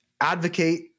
Advocate